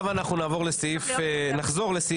רגע, מה אתם מציעים, תגידו?